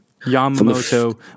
Yamamoto